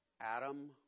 Adam